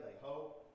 hope